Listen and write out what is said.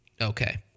Okay